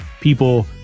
people